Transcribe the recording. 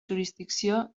jurisdicció